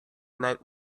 night